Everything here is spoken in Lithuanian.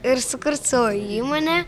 ir sukurt savo įmonę